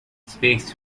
speaks